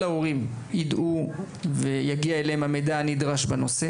ההורים ידעו ויגיע אליהם המידע הנדרש בנושא,